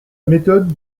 méthode